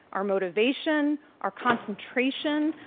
our motivation, our concentration,